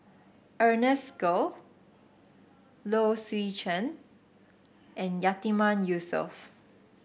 Ernest Goh Low Swee Chen and Yatiman Yusof